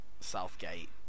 Southgate